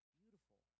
beautiful